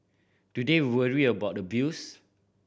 do they worry about abuse